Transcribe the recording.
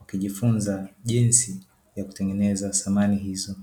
akijifunza jinsi ya kutengeneza samani hizo.